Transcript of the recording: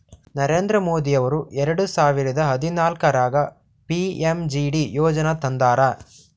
ನರೇಂದ್ರ ಮೋದಿ ಅವರು ಎರೆಡ ಸಾವಿರದ ಹದನಾಲ್ಕರಾಗ ಪಿ.ಎಮ್.ಜೆ.ಡಿ ಯೋಜನಾ ತಂದಾರ